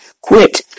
Quit